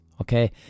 okay